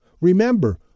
Remember